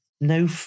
no